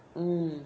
mm